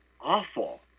awful